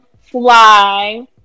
fly